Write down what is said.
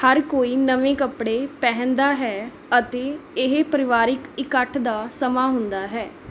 ਹਰ ਕੋਈ ਨਵੇਂ ਕੱਪੜੇ ਪਹਿਨਦਾ ਹੈ ਅਤੇ ਇਹ ਪਰਿਵਾਰਕ ਇਕੱਠ ਦਾ ਸਮਾਂ ਹੁੰਦਾ ਹੈ